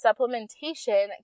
supplementation